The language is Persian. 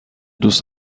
دوست